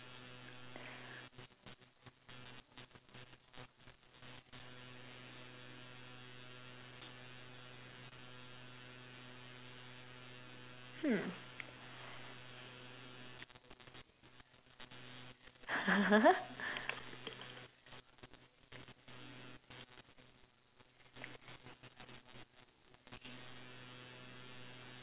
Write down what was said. hmm